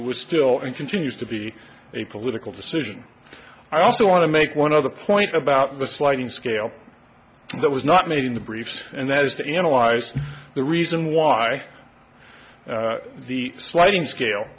it was still and continues to be a political decision i also want to make one other point about the sliding scale that was not made in the briefs and that is to analyze the reason why the sliding scale